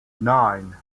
nine